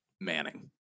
Manning